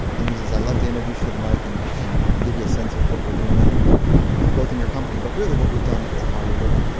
and he says, i'd love to introduce you to mike and and give you a sense of what we're doing. and both in your company but really what we've done as a body of work.